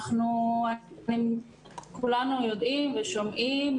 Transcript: כולנו יודעים ושומעים,